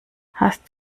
hast